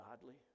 godly